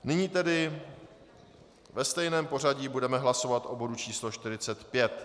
Nyní tedy ve stejném pořadí budeme hlasovat o bodu číslo 45.